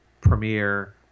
Premiere